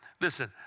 listen